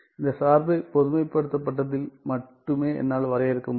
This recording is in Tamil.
இந்த சார்பை பொதுமைப்படுத்தப்பட்டதில் மட்டுமே என்னால் வரையறுக்க முடியும்